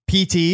PT